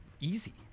Easy